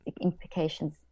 implications